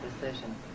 decision